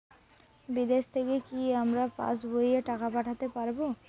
বিদেশ থেকে কি আমার পাশবইয়ে টাকা পাঠাতে পারবে?